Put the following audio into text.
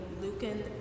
Lucan